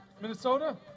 Minnesota